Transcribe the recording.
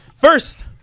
first